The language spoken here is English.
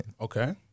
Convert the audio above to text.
Okay